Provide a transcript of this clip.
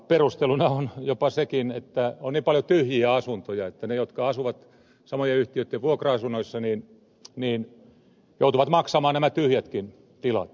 perusteluna on jopa sekin että on niin paljon tyhjiä asuntoja että ne jotka asuvat samojen yhtiöitten vuokra asunnoissa joutuvat maksamaan nämä tyhjätkin tilat